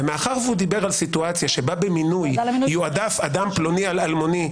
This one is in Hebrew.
ומאחר שהוא דיבר על סיטואציה שבא במינוי יועדף אדם פלוני על אלמוני,